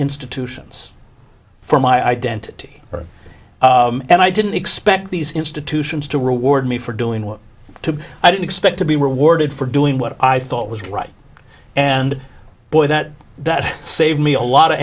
institutions for my identity and i didn't expect these institutions to reward me for doing what to i didn't expect to be rewarded for doing what i thought was right and boy that that saved me a lot of